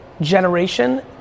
generation